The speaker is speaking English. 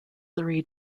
three